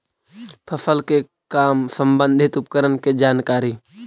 फसल के काम संबंधित उपकरण के जानकारी?